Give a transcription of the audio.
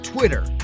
Twitter